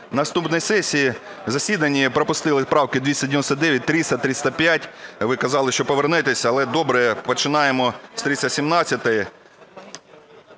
на минулому засіданні пропустили правки 299, 300, 305. Ви казали, що повернетесь. Але, добре, починаємо з 317-ї,